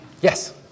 Yes